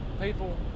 people